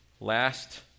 last